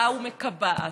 באה ומקבעת,